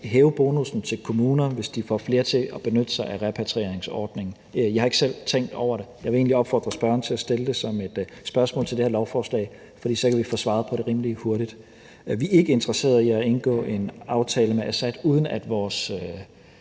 hæve bonussen til kommuner, hvis de får flere til at benytte sig af repatrieringsordningen. Jeg har ikke selv tænkt over det, og jeg vil egentlig opfordre spørgeren til at stille det som et spørgsmål til det her lovforslag, for så kan vi få svaret på det rimelig hurtigt. Vi er ikke interesserede i at indgå en aftale med Assad, uden at vores